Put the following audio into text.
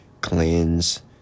Cleanse